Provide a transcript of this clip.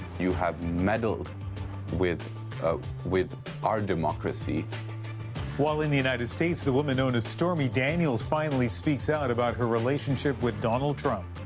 you have meddled with with our democracy. ian while in the united states the woman known as stormy daniels finally speaks out about her relationship with donald trump.